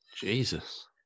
Jesus